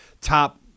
top